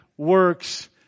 works